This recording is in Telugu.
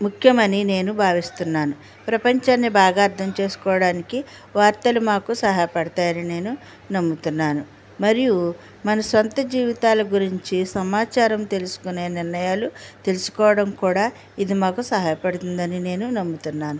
ముఖ్యమని నేను భావిస్తున్నాను ప్రపంచాన్ని బాగా అర్థం చేసుకోవడానికి వార్తలు మాకు సహాయపడతాయని నేను నమ్ముతున్నాను మరియు మన సొంత జీవితాల గురించి సమాచారం తెలుసుకునే నిర్ణయాలు తెలుసుకోవడం కూడా ఇది మాకు సహాయపడుతుందని నేను నమ్ముతున్నాను